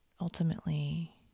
ultimately